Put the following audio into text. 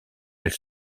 elle